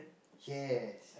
yes